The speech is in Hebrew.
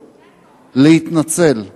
ולהתנצל?